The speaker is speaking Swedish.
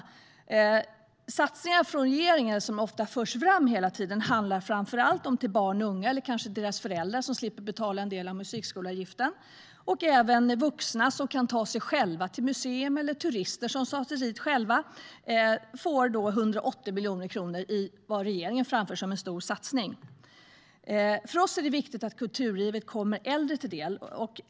De satsningar från regeringen som ofta förs fram riktar sig framför allt till barn och unga, eller kanske till deras föräldrar, som slipper betala en del av musikskoleavgiften. De riktar sig även till vuxna som kan ta sig själva till museer och turister som tar sig hit själva. På detta läggs 180 miljoner kronor i vad regeringen framför som en stor satsning. För oss är det viktigt att kulturlivet kommer äldre till del.